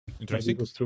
Interesting